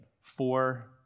four